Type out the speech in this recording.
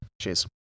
Cheers